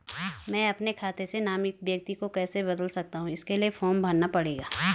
मैं अपने खाते से नामित व्यक्ति को कैसे बदल सकता हूँ इसके लिए फॉर्म भरना पड़ेगा?